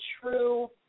true